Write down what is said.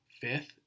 fifth